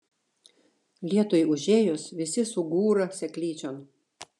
lietui užėjus visi sugūra seklyčion